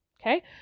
Okay